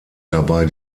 dabei